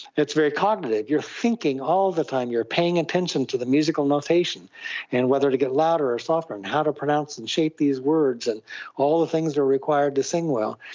it's very cognitive, you're thinking all the time, you're paying attention to the musical notation and whether to get louder or softer and how to pronounce and shape these words, and all the things that are required to sing well.